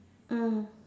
mm